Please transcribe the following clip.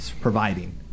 providing